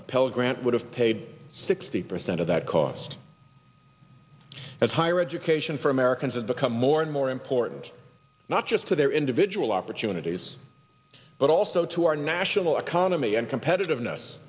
a pell grant would have paid sixty percent of that cost as higher education for americans has become more and more important not just to their individual opportunities but also to our national economy and competitiveness